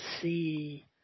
see